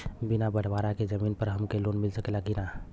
बिना बटवारा के जमीन पर हमके लोन मिल सकेला की ना?